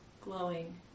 glowing